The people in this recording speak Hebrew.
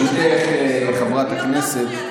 חברת הכנסת,